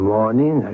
morning